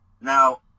now